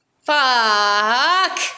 Fuck